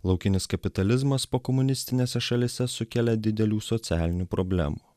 laukinis kapitalizmas pokomunistinėse šalyse sukelia didelių socialinių problemų